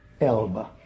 ELBA